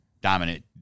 dominant